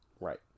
Right